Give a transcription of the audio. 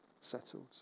settled